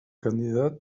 candidat